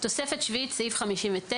תוספת שביעית (סעיף 59)